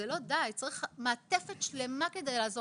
זה לא די אלא צריך מעטפת שלמה כדי לעזור